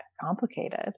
complicated